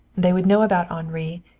they would know about henri,